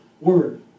word